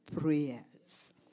prayers